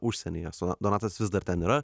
užsienyje donatas vis dar ten yra